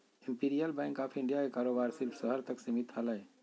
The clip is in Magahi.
इंपिरियल बैंक ऑफ़ इंडिया के कारोबार सिर्फ़ शहर तक सीमित हलय